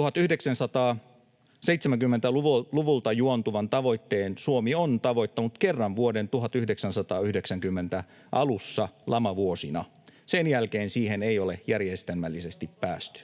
1970-luvulta juontuvan tavoitteen Suomi on tavoittanut kerran vuoden 1990 alussa, lamavuosina. Sen jälkeen siihen ei ole järjestelmällisesti päästy.